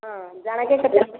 ହଁ ଜଣକେ କେତେ